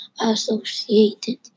associated